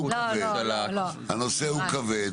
לא, הנושא הוא כבד.